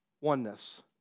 oneness